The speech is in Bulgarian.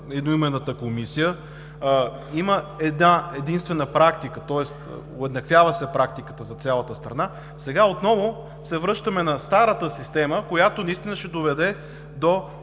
едноименната комисия. Има една-единствена практика, тоест уеднаквява се практиката за цялата страна. Сега отново се връщаме на старата система, която наистина ще доведе до